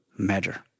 measure